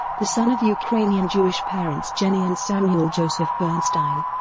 the son of ukrainian jewish parents jennie and samuel joseph bernstein,